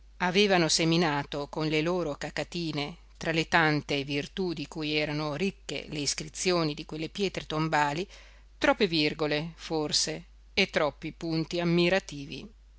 pirandello seminato con le loro cacatine tra le tante virtù di cui erano ricche le iscrizioni di quelle pietre tombali troppe virgole forse e troppi punti ammirativi